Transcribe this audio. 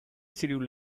schedule